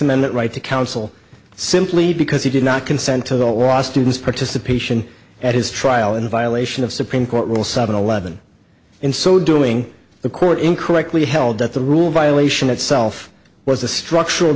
amendment right to counsel simply because he did not consent to the law students participation at his trial in violation of supreme court rule seven eleven in so doing the court in correctly held that the rule violation itself was a structural